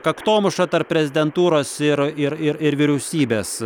kaktomuša tarp prezidentūros ir ir ir ir vyriausybės